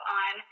on